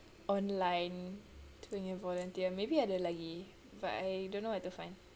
online punya volunteer maybe ada lagi but I don't know where to find